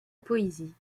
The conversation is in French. poésie